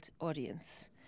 audience